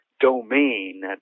domain